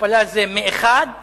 הכפלה זה מאחד לשניים,